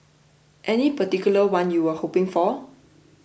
any particular one you were hoping for